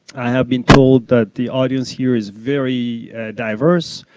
i have been told the the audience here is very diverse.